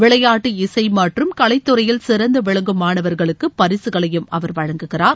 விளையாட்டு இசை மற்றும் கலைத்துறையில் சிறந்து விளங்கும் மாணவர்களுக்கு பரிக்களையும் அவர் வழங்குகிறார்